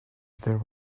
there